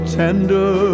tender